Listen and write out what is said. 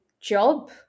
job